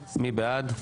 בעד,